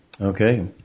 Okay